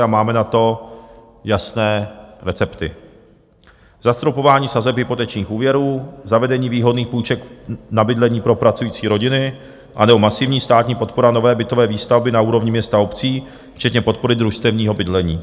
A máme na to jasné recepty: zastropování sazeb hypotečních úvěrů, zavedení výhodných půjček na bydlení pro pracující rodiny anebo masivní státní podpora nové bytové výstavby na úrovni měst a obcí, včetně podpory družstevního bydlení.